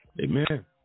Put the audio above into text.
Amen